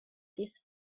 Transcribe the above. this